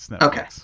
Okay